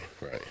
right